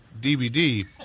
DVD